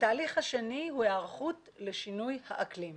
התהליך השני הוא היערכות לשינוי האקלים.